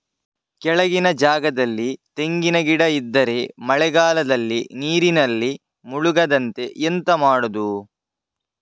ಕೆಳಗಿನ ಜಾಗದಲ್ಲಿ ತೆಂಗಿನ ಗಿಡ ಇದ್ದರೆ ಮಳೆಗಾಲದಲ್ಲಿ ನೀರಿನಲ್ಲಿ ಮುಳುಗದಂತೆ ಎಂತ ಮಾಡೋದು?